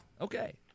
okay